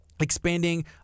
expanding